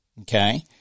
Okay